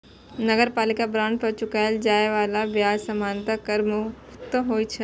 नगरपालिका बांड पर चुकाएल जाए बला ब्याज सामान्यतः कर मुक्त होइ छै